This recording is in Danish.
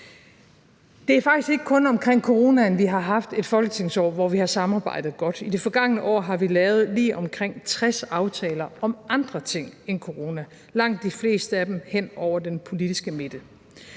Det er faktisk ikke kun omkring coronaen, vi har haft et folketingsår, hvor vi har samarbejdet godt. I det forgangne år har vi lavet lige omkring 60 aftaler om andre ting end corona, langt de fleste af dem hen over den politiske midte.